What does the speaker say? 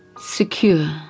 secure